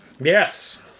Yes